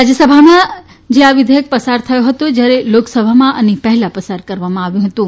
રાજયસભામાં જે આ વિઘેયક પસાર થયો જ્યારે લોકસભામાં આની પહેલા પસાર કરવામાં આવ્યું હતું